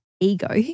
ego